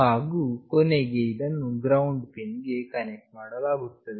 ಹಾಗು ಕೊನೆಗೆ ಇದನ್ನು ಗ್ರೌಂಡ್ ಪಿನ್ ಗೆ ಕನೆಕ್ಟ್ ಮಾಡಲಾಗುತ್ತದೆ